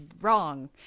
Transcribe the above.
wrong